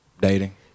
Dating